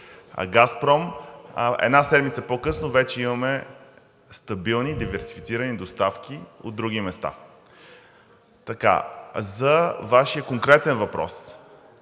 „Газпром“, една седмица по-късно вече имаме стабилни диверсифицирани доставки от други места. На Вашия конкретен въпрос.